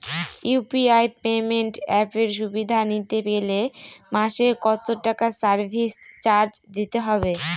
UPI payment অ্যাপের সুবিধা নিতে গেলে মাসে কত টাকা সার্ভিস চার্জ দিতে হবে?